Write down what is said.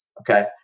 okay